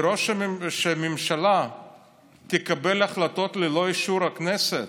שהממשלה תקבל החלטות ללא אישור הכנסת,